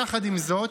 יחד עם זאת,